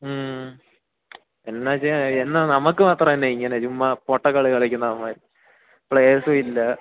മ്മ് എന്നാ ചെയ്യുക എന്നാ നമുക്ക് മാത്രം എന്നാ ഇങ്ങനെ ചുമ്മാ പൊട്ടക്കളി കളിക്കുന്ന അവന്മാര് പ്ലേയേഴ്സും ഇല്ല